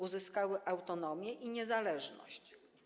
Uzyskały autonomię i niezależność.